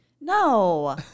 No